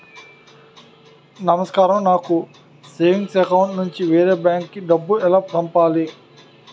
నమస్కారం నాకు savings account నుంచి వేరే బ్యాంక్ కి డబ్బు ఎలా పంపాలి?